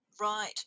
Right